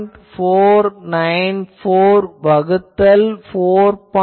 494 வகுத்தல் 4